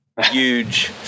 Huge